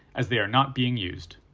as they are not being used.